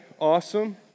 awesome